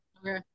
okay